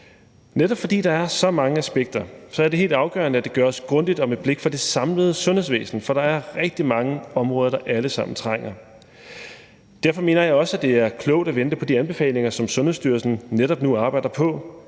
Netop fordi der er så mange aspekter, er det helt afgørende, at det gøres grundigt og med blik for det samlede sundhedsvæsen, for der er rigtig mange områder, der alle sammen trænger. Derfor mener jeg også, at det er klogt at vente på de anbefalinger, som Sundhedsstyrelsen netop nu arbejder på,